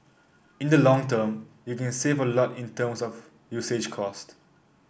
in the long term you can save a lot in terms of usage cost